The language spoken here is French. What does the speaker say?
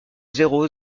zéro